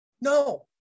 No